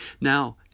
Now